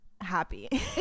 happy